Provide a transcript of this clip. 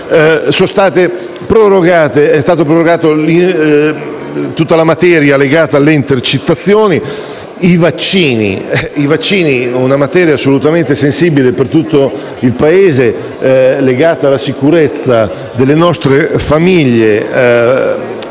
se sarà così). È stata prorogata tutta la normativa legata alle intercettazioni. Sui vaccini, che è una materia assolutamente sensibile per tutto il Paese ed è legata alla sicurezza delle nostre famiglie,